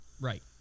Right